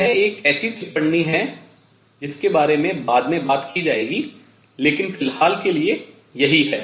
यह एक ऐसी टिप्पणी है जिसके बारे में बाद में बात की जाएगी लेकिन फिलहाल के लिए यही है